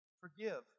Forgive